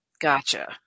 Gotcha